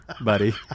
buddy